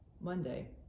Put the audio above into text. Monday